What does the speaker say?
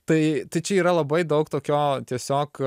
tai čia yra labai daug tokio tiesiog